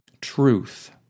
truth